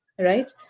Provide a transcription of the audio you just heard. right